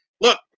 Look